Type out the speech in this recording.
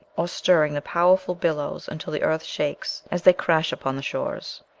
or stirring the powerful billows until the earth shakes as they crash upon the shores.